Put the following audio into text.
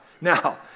Now